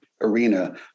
arena